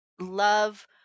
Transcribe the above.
love